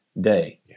day